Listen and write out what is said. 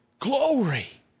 Glory